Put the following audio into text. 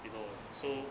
you know so